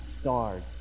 stars